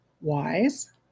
wise